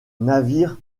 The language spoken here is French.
navire